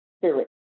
spirit